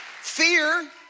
Fear